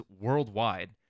worldwide